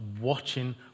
watching